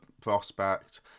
prospect